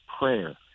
prayer